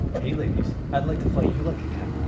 hey ladies. i'd like to fight you like a kite,